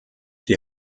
die